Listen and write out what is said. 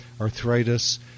arthritis